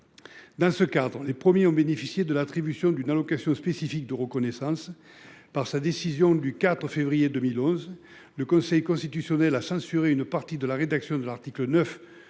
Dans ce cadre, les premiers ont bénéficié de l'attribution d'une allocation spécifique de reconnaissance. Par sa décision du 4 février 2011. Le Conseil constitutionnel a censuré une partie de la rédaction de l'article 9